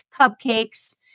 cupcakes